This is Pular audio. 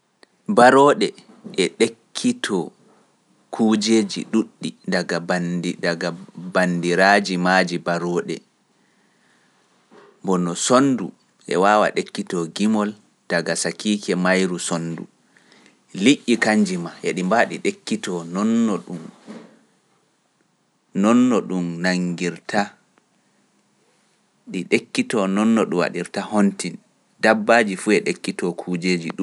Barooɗe e ɗekkitoo kuujeji ɗuuɗɗi daga banndiraaji maaji barooɗum bana sondu e dekkito gimol daga bandum, di ekkitononnodun nanngirta, ɗi ɗekkitoo non no ɗum waɗirta hontin, dabbaaji fuu e ɗekkitoo kujeeji ɗuuje.